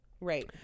right